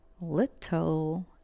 Little